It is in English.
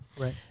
Right